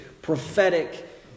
Prophetic